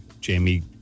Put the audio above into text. Jamie